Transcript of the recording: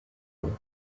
iwawa